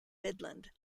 midland